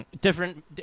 Different